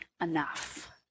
enough